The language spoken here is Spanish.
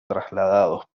trasladados